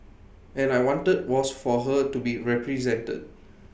and I wanted was for her to be represented